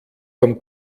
vom